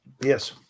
Yes